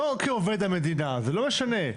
לא כעובד המדינה, זה לא משנה.